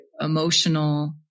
emotional